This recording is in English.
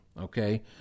Okay